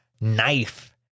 knife